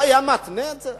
הוא היה מתנה את זה?